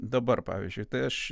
dabar pavyzdžiui tai aš